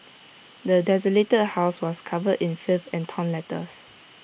the desolated house was covered in filth and torn letters